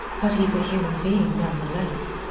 but he's a human being none the less,